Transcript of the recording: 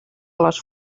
les